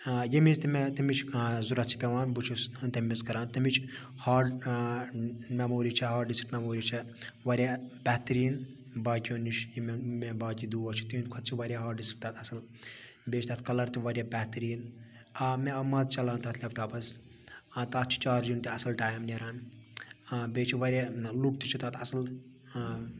ییٚمہِ وِز تہِ مےٚ تَمِچ ضوٚرَتھ چھِ پیٚوان بہٕ چھُس تمہِ وِز کَران تَمِچ ہاڑ میٚموری چھ ہاڑ ڈِسک میٚموری چھےٚ واریاہ بہتریٖن باقیو نِش یِمَن مےٚ باقی دوس تِہِنٛد کھۄتہ چھِ واریاہ ہاڑ ڈِسک تتھ اصل بیٚیہِ چھ تتھ کَلَر تہِ واریاہ بہتریٖن آ مےٚ آو مَزٕ چَلاونَس تتھ لیپ ٹاپَس آ تتھ چھ چارجِنٛگ تہِ اصل ٹایِم نیران بیٚیہِ چھ واریاہ لُک تہِ چھُ تتھ اصل